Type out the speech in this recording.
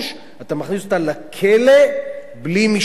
אתה מכניס אותה לכלא בלי משפט.